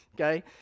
okay